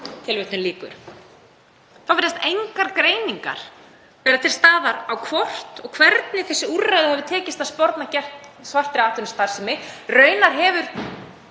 starfsemi.“ Þá virðast engar greiningar vera til staðar á hvort og hvernig þessu úrræði hefur tekist að sporna gegn svartri atvinnustarfsemi. Raunar hefur